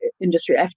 industry